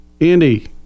Andy